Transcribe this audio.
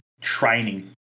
training